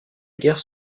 guerre